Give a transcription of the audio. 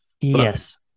Yes